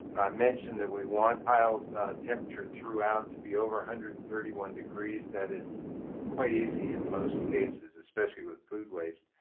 mentioned that we want pile temperature throughout to be over one hundred and thirty one degrees, that is quite easy in most cases. especially with food waste,